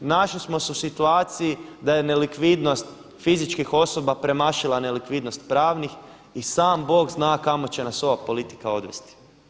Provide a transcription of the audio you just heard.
Našli smo se u situaciji da je nelikvidnost fizičkih osoba premašila nelikvidnost pravnih i sam Bog zna kamo će nas ova politika odvesti.